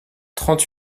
trente